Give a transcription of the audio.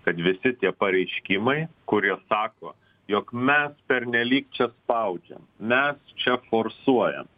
kad visi tie pareiškimai kurie sako jog mes pernelyg čia spaudžiam mes čia forsuojam